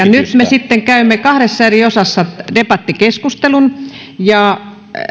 nyt me sitten käymme kahdessa eri osassa debattikeskustelun